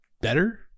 better